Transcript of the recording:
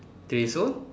three years old